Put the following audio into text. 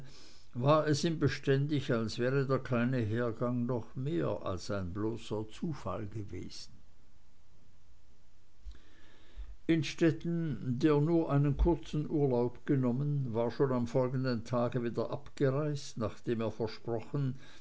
war es ihm beständig als wäre der kleine hergang doch mehr als ein bloßer zufall gewesen innstetten der nur einen kurzen urlaub genommen war schon am folgenden tag wieder abgereist nachdem er versprochen